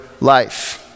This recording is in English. life